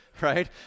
right